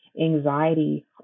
anxiety